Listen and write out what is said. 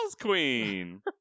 queen